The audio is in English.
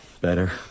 better